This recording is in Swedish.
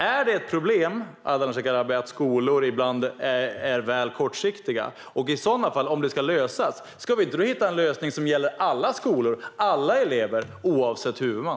Är det ett problem, Ardalan Shekarabi, att skolor ibland är väl kortsiktiga? Och i sådana fall: Ska vi inte hitta en lösning som gäller alla skolor och alla elever oavsett huvudman?